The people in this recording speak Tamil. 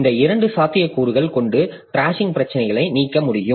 இந்த இரண்டு சாத்தியக்கூறுகள் கொண்டு த்ராஷிங் பிரச்சனைகளை தீர்க்க முடியும்